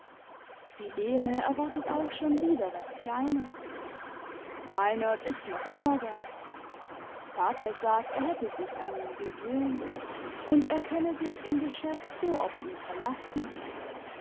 die lene erwartet auch schon wieder was kleines meinert ist noch immer da vater sagt er hätte sich an ihn gewöhnt und er könne sich im geschäft so auf ihn verlassen